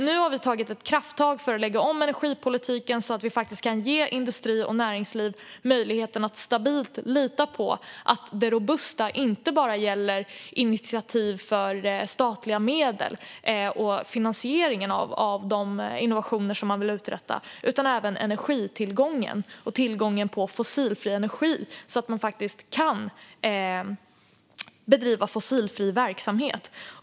Nu har vi tagit ett krafttag för att lägga om energipolitiken så att vi kan ge industri och näringsliv möjlighet att stabilt lita på att det robusta inte bara gäller initiativ för statliga medel och finansieringen av de innovationer som man vill göra utan även energitillgången och tillgången på fossilfri energi, så att man faktiskt kan bedriva fossilfri verksamhet.